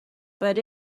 but